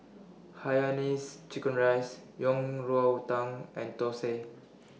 Hainanese Chicken Rice Yang Rou Tang and Thosai